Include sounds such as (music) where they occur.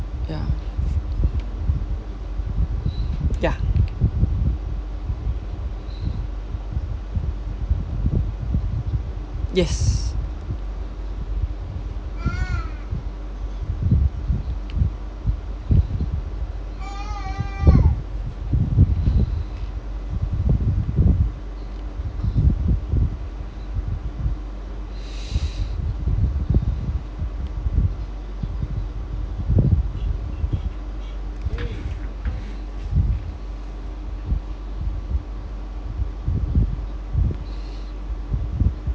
ya ya yes (breath)